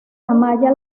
amaya